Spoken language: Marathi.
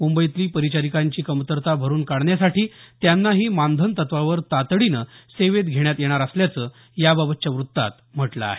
मुंबईतली परिचारिकांची कमतरता भरून काढण्यासाठी त्यांनाही मानधन तत्वावर तातडीनं सेवेत घेण्यात येणार असल्याचं याबाबतच्या वृत्तात म्हटलं आहे